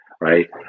Right